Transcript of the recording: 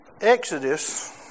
Exodus